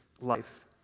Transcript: life